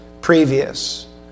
previous